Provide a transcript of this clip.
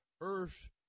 earth